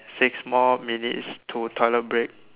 six more minutes to toilet break